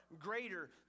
greater